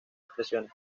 expresiones